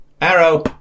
arrow